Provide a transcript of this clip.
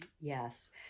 Yes